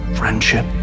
friendship